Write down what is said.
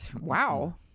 Wow